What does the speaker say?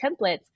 templates